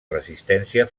resistència